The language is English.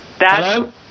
Hello